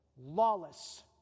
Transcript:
lawless